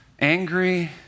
angry